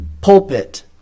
pulpit